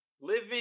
Living